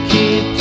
Keep